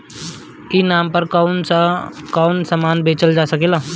ई नाम पर कौन कौन समान बेचल जा सकेला?